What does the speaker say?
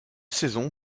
saison